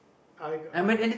I uh